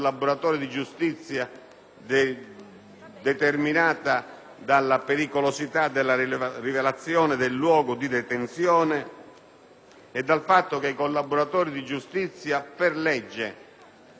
determinata dalla pericolosità della rilevazione del luogo di detenzione e dal fatto che i collaboratori di giustizia per legge hanno il loro domicilio in Roma.